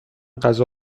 غذا